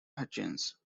hutchins